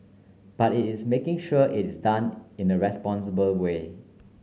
but it is making sure it is done in a responsible way